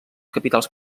capitals